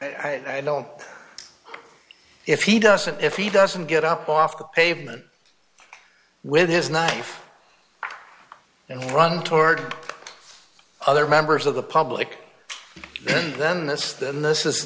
don't know if he doesn't if he doesn't get up off the pavement with his knife and run toward other members of the public and then this then this is